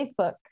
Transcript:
Facebook